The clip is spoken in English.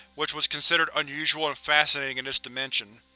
which was considered unusual and fascinating in this dimension.